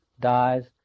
dies